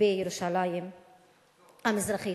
בירושלים המזרחית.